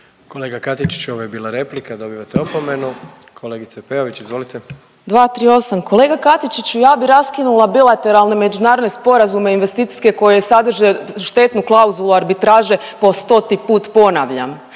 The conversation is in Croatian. Kolega Katičiću ovo je bila replika, dobivate opomenu. Kolegice Peović, izvolite. **Peović, Katarina (RF)** 238. Kolega Katičiću ja bi raskinula bilateralne međunarodne sporazume investicijske koje sadrže štetnu klauzulu arbitraže po stoti put ponavljam.